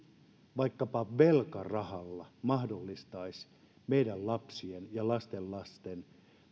vaikkapa velkarahalla mahdollistaisi meidän lapsien ja lastenlasten